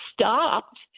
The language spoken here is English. stopped